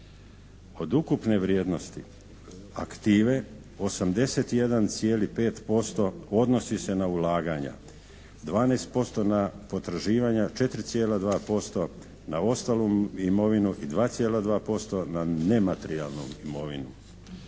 Od ukupne vrijednosti aktive 81,5% odnosi se na ulaganja. 12% na potraživanja. 4,2% na ostalu imovinu i 2,2% na nematerijalnu imovinu.